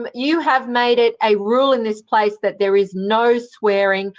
um you have made it a rule in this place that there is no swearing.